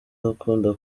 akunda